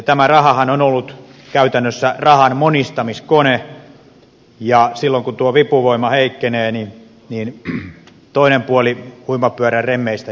tämä rahahan on ollut käytännössä rahan monistamiskone ja silloin kun tuo vipuvoima heikkenee toinen puoli huimapyörän remmeistä